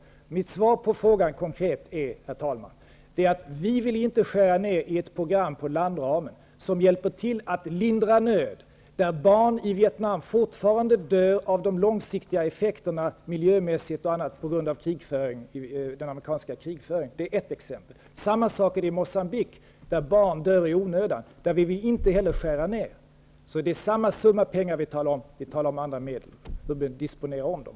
Mitt konkreta svar på frågan, herr talman, är att vi inte vill skära ner i ett program på landramen som hjälper till att lindra nöd när barn i Vietnam fortfarande dör av bl.a. de långsiktiga miljöeffekterna på grund av den amerikanska krigföringen. Det är ett exempel. Det är samma sak i Moçambique där barn dör i onödan. Vi vill inte heller skära ner där. Det är samma summa pengar vi talar om. Vi disponerar bara om dem.